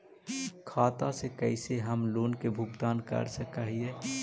खाता से कैसे हम लोन के भुगतान कर सक हिय?